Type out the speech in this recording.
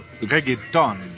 Reggaeton